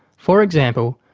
for example,